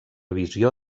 visió